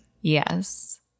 Yes